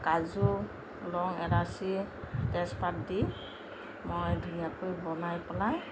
কাজু লং এলাচি তেজপাত দি মই ধুনীয়াকৈ বনাই পেলাই